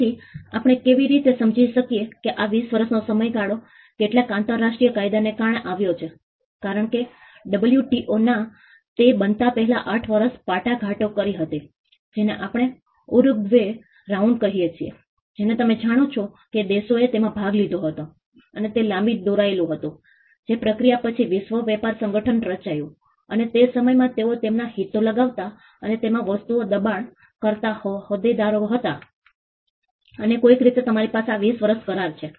તેથી આપણે કેવી રીતે સમજી શકીએ કે આ 20 વર્ષનો સમયગાળો કેટલાક આંતરરાષ્ટ્રીય કાયદાને કારણે આવ્યો છે કારણ કે WTO ના તે બનતા પહેલા 8 વર્ષ વાટાઘાટો કરી હતી જેને આપણે ઉરુગ્વે રાઉન્ડ કહીએ છીએ જેને તમે જાણો છો કે દેશોએ તેમાં ભાગ લીધો હતો અને તે લાંબી દોરેલું હતું જે પ્રક્રિયા પછી વિશ્વ વેપાર સંગઠન રચાયું અને તે સમયમાં તેઓ તેમના હિતો લગાવતા અને તેમાં વસ્તુઓ દબાણ કરતાં હોદ્દેદારો હતા અને કોઈક રીતે અમારી પાસે આ 20 વર્ષ કરાર છે